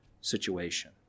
situation